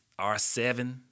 R7